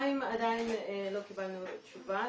2 עדיין לא קיבלנו תשובה,